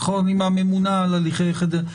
עם הממונה על הליכי חדלות,